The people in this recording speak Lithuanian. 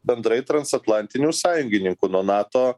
bendrai transatlantinių sąjungininkų nuo nato